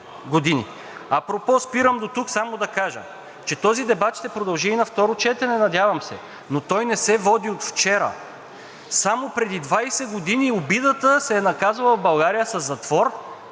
Апропо, спирам дотук. Само да кажа, че този дебат ще продължи и на второ четене, надявам се. Той не се води от вчера. Само преди 20 години обидата се е наказвала в България със затвор.